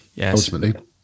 Ultimately